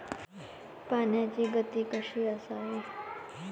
पाण्याची गती कशी असावी?